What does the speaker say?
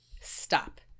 stop